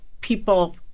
people